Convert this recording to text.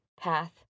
path